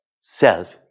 Self